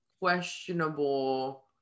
questionable